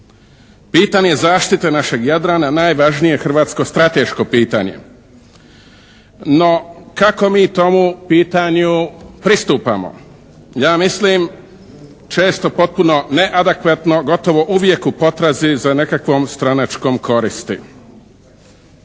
Pitanje zaštite našeg Jadrana najvažnije je hrvatsko strateško pitanje. No kako mi tomu pitanju pristupamo? Ja mislim često potpuno neadekvatno, gotovo uvijek u potrazi za nekakvom stranačkom koristi.